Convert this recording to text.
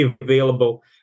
available